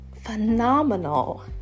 phenomenal